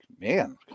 Man